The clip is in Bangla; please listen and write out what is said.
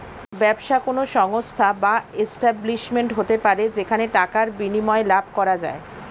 ব্যবসা কোন সংস্থা বা এস্টাব্লিশমেন্ট হতে পারে যেখানে টাকার বিনিময়ে লাভ করা যায়